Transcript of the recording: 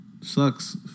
sucks